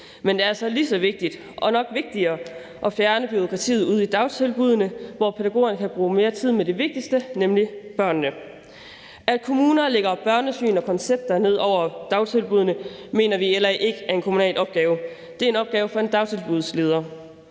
men det er altså lige så vigtigt og nok vigtigere at fjerne bureaukratiet ude i dagtilbuddene, så pædagogerne kan bruge mere tid med det vigtigste, nemlig børnene. At kommuner lægger børnesyn og koncepter ned over dagtilbuddene, mener vi i LA ikke er en kommunal opgave. Det er en opgave for en dagtilbudsleder.